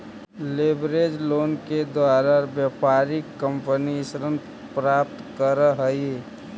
leverage loan के द्वारा व्यापारिक कंपनी ऋण प्राप्त करऽ हई